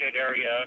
area